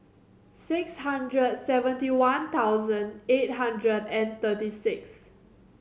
six hundred seventy one thousand eight hundred and thirty six